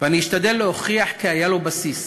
ואני אשתדל להוכיח כי היה לו בסיס.